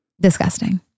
Disgusting